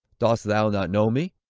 dost thou not know me?